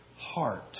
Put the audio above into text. heart